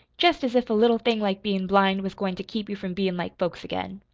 jest as if a little thing like bein' blind was goin' to keep you from bein' like folks again!